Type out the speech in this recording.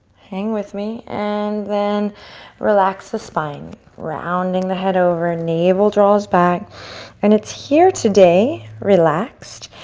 hang with me. and then relax the spine, rounding the head over. navel draws back and it's here today, relaxed,